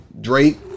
Drake